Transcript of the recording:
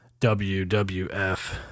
WWF